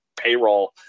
payroll